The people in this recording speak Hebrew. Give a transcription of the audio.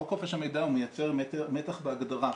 חוק חופש המידע מייצר מתח בהגדרה,